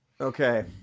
okay